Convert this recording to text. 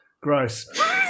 Gross